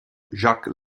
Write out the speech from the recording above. jacques